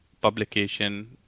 publication